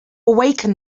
awaken